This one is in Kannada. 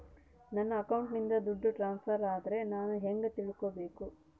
ನನ್ನ ಅಕೌಂಟಿಂದ ದುಡ್ಡು ಟ್ರಾನ್ಸ್ಫರ್ ಆದ್ರ ನಾನು ಹೆಂಗ ತಿಳಕಬೇಕು?